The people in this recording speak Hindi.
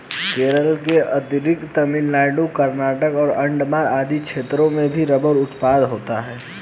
केरल के अतिरिक्त तमिलनाडु, कर्नाटक, अण्डमान आदि क्षेत्रों में भी रबर उत्पादन होता है